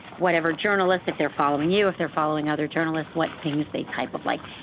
whatever journalists, if they're following you, if they're following other journalists, what things they type of like.